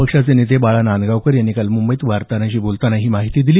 पक्षाचे नेते बाळा नांदगावकर यांनी काल मुंबईत वार्ताहरांशी बोलतांना ही माहिती दिली